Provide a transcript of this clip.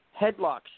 Headlocks